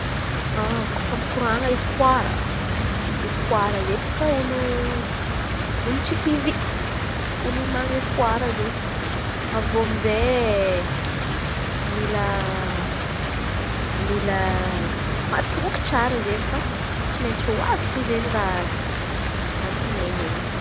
Kôfa mikoran̈a espoara, espoara zey bôaka olo tsy kivy olo mana espoara zey avy eo amy izey mila mila matoky tsara izen̈y fa tsy maintsy ho azo raha antenainy.